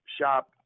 shop